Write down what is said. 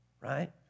right